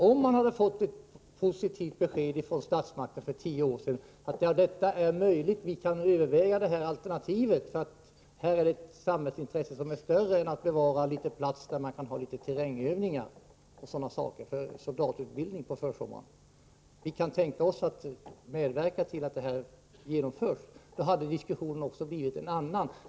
Om kommunen hade fått ett positivt besked från statsmakten för 10 år sedan, att det var möjligt att ta i anspråk mark, hade man kunnat överväga det nordliga alternativet för Bärbyleden, eftersom det fanns ett samhällsintresse som var större än behovet av att bevara litet plats för terrängövningar m.m. för soldatutbildning på sommaren. Om statsmakten hade medverkat till att det alternativet genomfördes hade diskussionen blivit en annan.